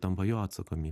tampa jo atsakomybė